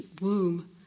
womb